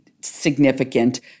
significant